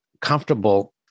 comfortable